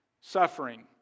suffering